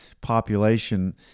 population